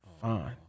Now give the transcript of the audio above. Fine